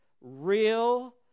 real